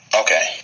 okay